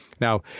Now